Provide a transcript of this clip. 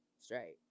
straight